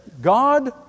God